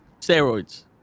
steroids